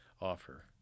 offer